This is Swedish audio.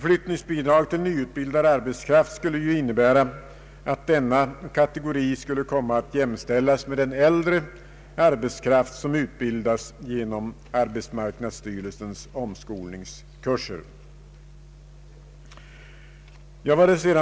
Flyttningsbidrag till nyutbildad arbetskraft skulle ju innebära att denna kategori skulle komma att jämställas med den äldre arbetskraft som utbildas genom arbetsmarknadsstyrelsens omskolningskurser.